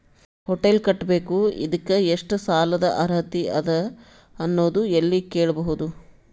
Hotel ಕಟ್ಟಬೇಕು ಇದಕ್ಕ ಎಷ್ಟ ಸಾಲಾದ ಅರ್ಹತಿ ಅದ ಅನ್ನೋದು ಎಲ್ಲಿ ಕೇಳಬಹುದು?